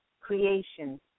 creation